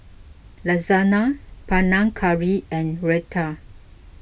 Lasagna Panang Curry and Raita